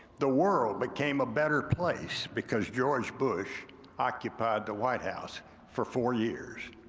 the world became a better place because george bush occupied the white house for four years.